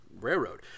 railroad